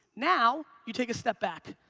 now you take a step back.